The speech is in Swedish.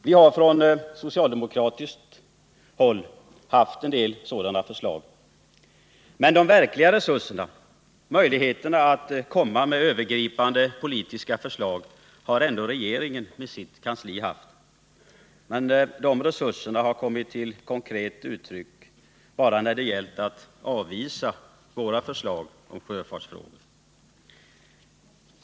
Vi har från socialdemokratiskt håll presenterat en del sådana förslag. Men de verkliga resuserna — möjligheterna att komma med övergripande politiska förslag — har ändå regeringen med sitt kansli haft. Men de resurserna har kommit till uttryck bara när det gällt att avvisa våra förslag i sjöfartsfrågor.